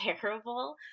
terrible